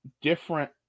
different